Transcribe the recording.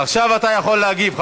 עכשיו אתה יכול להגיב.